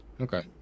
okay